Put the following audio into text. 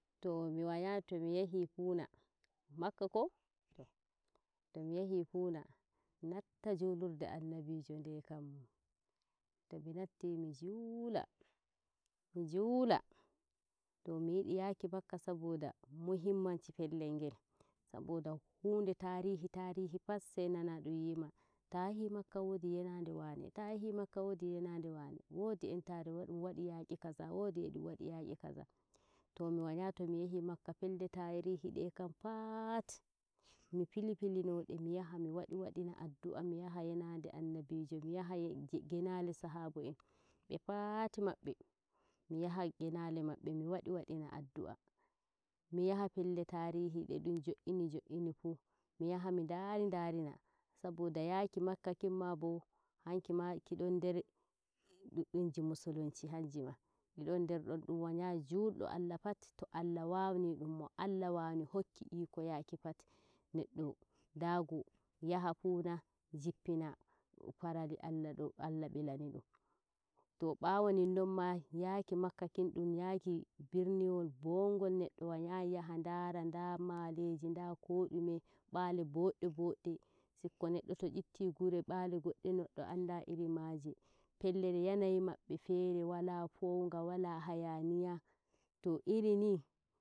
too mi wanyai to mi yahi fuuna makka ko? to moyahi fuuna, natta julurde annabijo ndekam tomi natti mi juula mi juula tomiyidu yaki makka saboda muhimmancin pellel ngel saboda hunde taarihi taarihi passai nana dum wima ta yahi makka wodi yanande wane, ta yahi makka wodi yanande wane woodi entare edum wadi yaagi kaza, woodi e dum wadi yaqi kaxa to mi wanyai to mi yahii makka pelle tarihi dey kam paat mi pili pili no de mi yaha mi yaha mi wadi wadi nah addu'ah mi yaha yanande annabijo mi yaha yenade sahabo en be paat mabbe mi yaha yenade mi wadi wadina adduah mi yaha pelle taarihi de dum jo'ini joi'ni fuu mi yaha mi ndari ndari na saboda yaaki makka kim ma bo hanki ma kidon nder dudunji musulunci hanji ma didin der don dum wanyal julde allah put to allah waw nidum mo allah wawni hokki iko yaki pat neddo daago yaha fuuna jippina farali allah bilani dum tow baawo ninnonma yauki makka kin yaaki birniwol bongol neddo waryai yaha ndara nda maaleji nda ko dume baale bodde bodde sikko neddo to yitti gure baale godde neddo andi irin maaje pellel yanayi mabbe fere wala pewnga wala hayaniya towi iri nii.